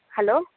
hello